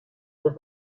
with